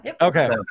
Okay